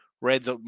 Reds